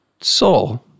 soul